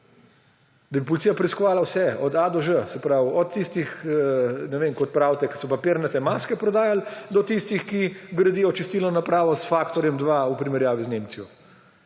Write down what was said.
policija preiskovala vse od a do ž. Se pravi, od tistih, kot pravite, ki so papirnate maske prodajali, do tistih, ki gradijo čistilno napravo s faktorjem 2 v primerjavi z Nemčijo.